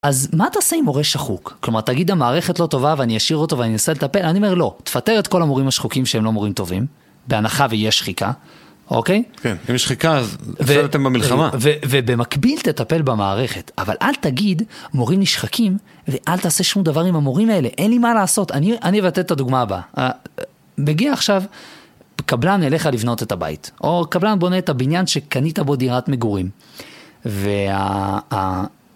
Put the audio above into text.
אז מה תעשה עם מורה שחוק? כלומר, תגיד, המערכת לא טובה ואני אשאיר אותו ואני אנסה לטפל. אני אומר, לא, תפטר את כל המורים השחוקים שהם לא מורים טובים. בהנחה ויש שחיקה, אוקיי? כן, אם יש שחיקה, אז נפלתם במלחמה. ובמקביל, תטפל במערכת. אבל אל תגיד, מורים נשחקים ואל תעשה שום דבר עם המורים האלה. אין לי מה לעשות. אני אבטא את הדוגמה הבאה. מגיע עכשיו, קבלן הלך לבנות את הבית. או קבלן בונה את הבניין שקנית בו דירת מגורים.